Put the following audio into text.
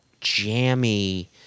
jammy